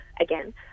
again